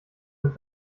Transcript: mit